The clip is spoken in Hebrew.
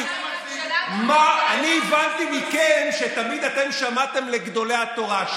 אני הבנתי מכם שתמיד שמעתם לגדולי התורה.